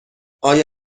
آیا